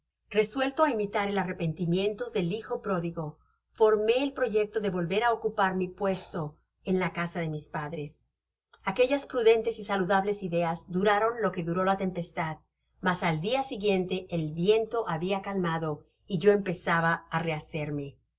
resuello á imitar el arrepentimiento del hijo pro digo formé el proyecto de volver á ocupar mi puesto en la casa de mis padres aquellas prudentes y saludables ideas duraron lo que duró la tempestad mas al dia siguiente el viento habiacalmado y yo empezaba á rehacerme